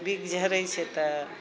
बिख झरै छै तऽ